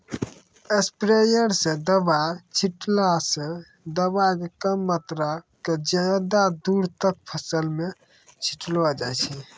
sprayer स दवाय छींटला स दवाय के कम मात्रा क ज्यादा दूर तक फसल मॅ छिटलो जाय छै